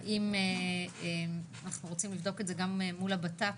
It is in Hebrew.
האם אנחנו רוצים לבדוק את זה גם מול הבט"פ,